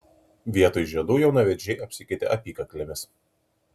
vietoj žiedų jaunavedžiai apsikeitė apykaklėmis